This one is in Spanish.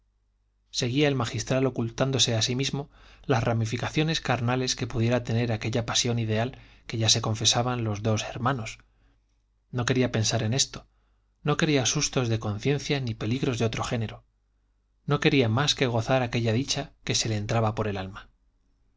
seguía el magistral ocultándose a sí mismo las ramificaciones carnales que pudiera tener aquella pasión ideal que ya se confesaban los dos hermanos no quería pensar en esto no quería sustos de conciencia ni peligros de otro género no quería más que gozar aquella dicha que se le entraba por el alma